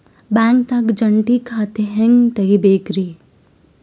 ಬ್ಯಾಂಕ್ದಾಗ ಜಂಟಿ ಖಾತೆ ಹೆಂಗ್ ತಗಿಬೇಕ್ರಿ?